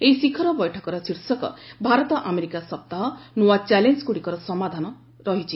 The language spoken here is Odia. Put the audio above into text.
ଏହି ଶିଖର ବୈଠକର ଶୀର୍ଷକ 'ଭାରତ ଆମେରିକା ସପ୍ତାହ ନୂଆ ଚ୍ୟାଲେଞ୍ଜଗୁଡ଼ିକର ସମାଧାନ' ରହିଛି